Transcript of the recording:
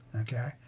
Okay